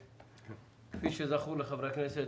כפי שזכור לחברי הכנסת,